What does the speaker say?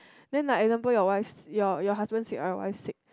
then like example your wife s~ your your husband sick or your wife sick